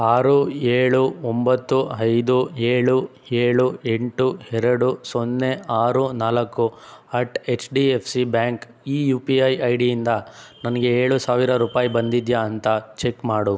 ಆರು ಏಳು ಒಂಬತ್ತು ಐದು ಏಳು ಏಳು ಎಂಟು ಎರಡು ಸೊನ್ನೆ ಆರು ನಾಲ್ಕು at H D F C bank ಈ ಯು ಪಿ ಐ ಐ ಡಿಯಿಂದ ನಂಗೆ ಏಳು ಸಾವಿರ ರೂಪಾಯಿ ಬಂದಿದೆಯಾ ಅಂತ ಚೆಕ್ ಮಾಡು